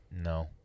No